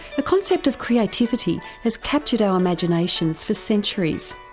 the concept of creativity has captured our imaginations for centuries.